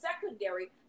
secondary